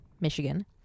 Michigan